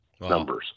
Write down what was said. numbers